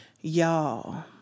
Y'all